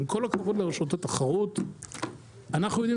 עם כל הכבוד לרשות התחרות אנחנו יודעים